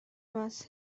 was